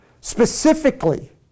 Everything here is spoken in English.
specifically